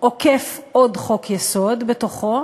עוקף עוד חוק-יסוד בתוכו,